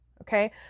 Okay